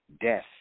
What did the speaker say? death